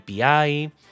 API